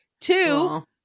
Two